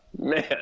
man